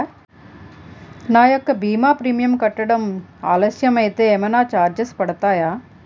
నా యెక్క భీమా ప్రీమియం కట్టడం ఆలస్యం అయితే ఏమైనా చార్జెస్ పడతాయా?